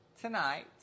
tonight